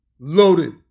loaded